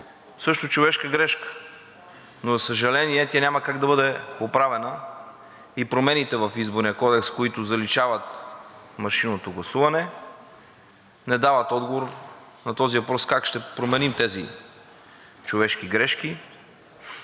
също човешка грешка, но за съжаление, тя няма как да бъде оправена и промените в Изборния кодекс, които заличават машинното гласуване не дават отговор на този въпрос как ще променим тези човешки грешки,